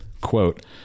quote